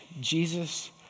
Jesus